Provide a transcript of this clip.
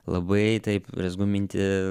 labai taip rezgu mintį